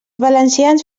valencians